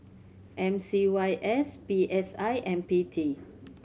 M C Y S P S I and P T